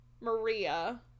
Maria